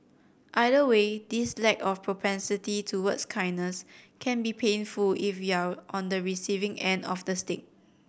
either way this lack of propensity towards kindness can be painful if you're on the receiving end of the stick